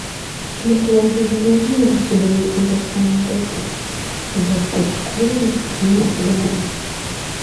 lietuvoje yra ne vienas įdomus gamtos paminklas bet pūčkoriai vienas įdomiausių